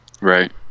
right